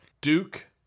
Duke